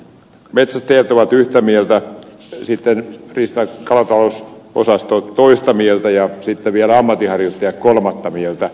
metsästäjät ovat yhtä mieltä sitten riista ja kalatalousosasto toista mieltä ja sitten vielä ammatinharjoittajat kolmatta mieltä